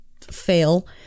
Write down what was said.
fail